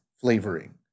flavoring